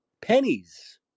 pennies